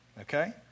Okay